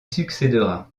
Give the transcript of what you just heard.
succèdera